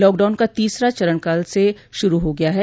lockdown का तीसरा चरण कल से शुरू हो गया है